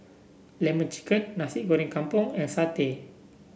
lemon chicken Nasi Goreng Kampung and satay